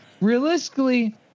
Realistically